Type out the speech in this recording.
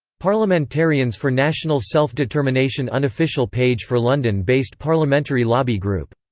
parliamentarians for national self-determination unofficial page for london-based parliamentary lobby group.